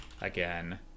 again